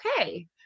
okay